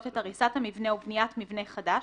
את הריסת המבנה ובניית מבנה חדש,